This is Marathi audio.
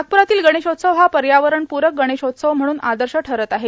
नागप्रातील गणेशोत्सव हा पर्यावरणपूरक गणेशोत्सव म्हणून आदर्श ठरत आहे